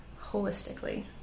holistically